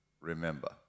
remember